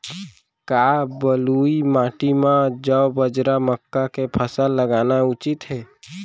का बलुई माटी म जौ, बाजरा, मक्का के फसल लगाना उचित हे?